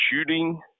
shooting